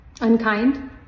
unkind